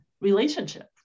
relationship